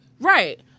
Right